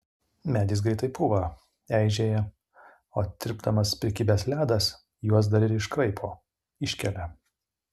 medis greitai pūva eižėja o tirpdamas prikibęs ledas juos dar ir iškraipo iškelia